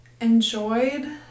enjoyed